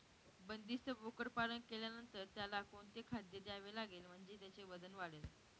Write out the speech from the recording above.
बंदिस्त बोकडपालन केल्यानंतर त्याला कोणते खाद्य द्यावे लागेल म्हणजे त्याचे वजन वाढेल?